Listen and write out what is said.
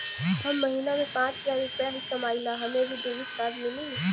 हम महीना में पाँच हजार रुपया ही कमाई ला हमे भी डेबिट कार्ड मिली?